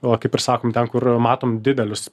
va kaip ir sakom ten kur matom didelius